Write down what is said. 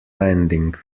landing